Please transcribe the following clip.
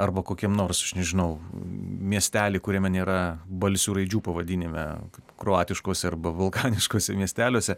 arba kokiam nors aš nežinau miestely kuriame nėra balsių raidžių pavadinime kroatiškuose arba balkaniškuose miesteliuose